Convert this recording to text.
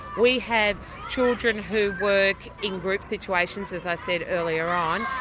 we have children who work in group situations, as i said earlier on,